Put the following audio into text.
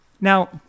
Now